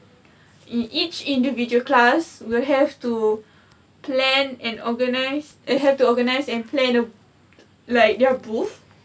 in each individual class will have to plan and organize they have to organize and plan to like their booth